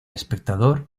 espectador